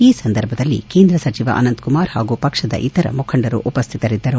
ಈ ಸಂದರ್ಭದಲ್ಲಿ ಕೇಂದ್ರ ಸಚಿವ ಅನಂತಕುಮಾರ್ ಹಾಗೂ ಪಕ್ಷದ ಇತರ ಮುಖಂಡರು ಉಪ್ಯಾತರಿದ್ದರು